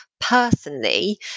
personally